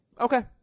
Okay